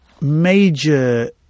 major